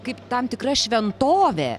kaip tam tikra šventovė